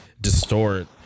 Distort